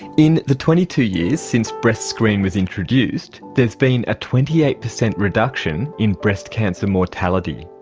in the twenty two years since breastscreen was introduced there has been a twenty eight percent reduction in breast cancer mortality.